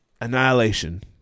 Annihilation